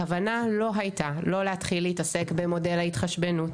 הכוונה לא הייתה לא להתחיל להתעסק במודל ההתחשבנות,